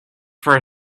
for